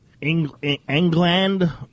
England